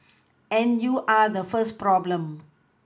and you are the first problem